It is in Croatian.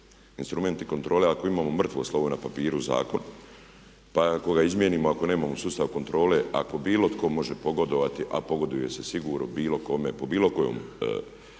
instrumenti kontrole ako imamo mrtvo slovo na papiru, zakon, pa ako ga izmijenimo, ako nemamo sustav kontrole, ako bilo tko može pogodovati a pogoduje se sigurno bilo kome pa bilo kojem